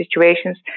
situations